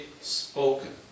spoken